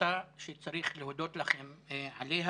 והחלטה שצריך להודות עליה.